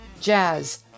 jazz